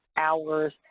hours,